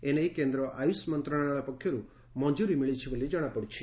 ଏ ନେଇ କେନ୍ ଆୟୁଷ ମନ୍ତ୍ରଶାଳୟ ପକ୍ଷରୁ ମଞ୍ଠୁରୀ ମିଳିଛି ବୋଲି ଜଣାପଡ଼ିଛି